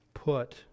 put